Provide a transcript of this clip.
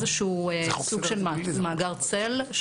לאיזה שהוא סוג של מאגר צל,